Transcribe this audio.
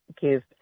give